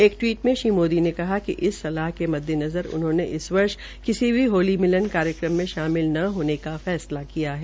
एक टवीट में श्री मोदी ने कहा कि इस सलाह के मद्दनज़र उन्होंने इस वर्ष किसी भी होली मिलन कार्यक्रम में शामिल न होनेका फैसला किया है